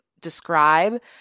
describe